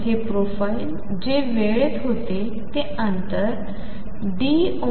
हे प्रोफाईल जे वेळेत होते ते अंतर dωdkk0 t